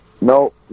no